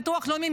הביטוח הלאומי,